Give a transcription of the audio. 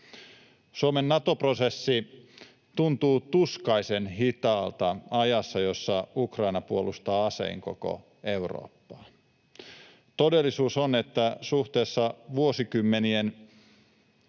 Suomen Nato-prosessi tuntuu tuskaisen hitaalta ajassa, jossa Ukraina puolustaa asein koko Eurooppaa. Todellisuus on, että suhteessa vuosikymmenien,